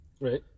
Right